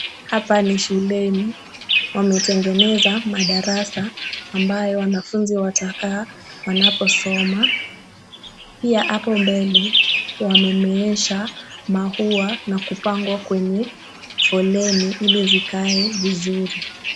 Hapa ni shuleni wametengeneza madarasa ambayo wanafunzi watakaa wanaposoma, pia hapo mbele wamemeesha maua na kupangwa kwenye foleni ili zikae vizuri.